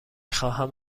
خواهم